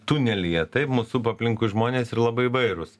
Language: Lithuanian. tunelyje taip mus supa aplinkui žmonės ir labai įvairūs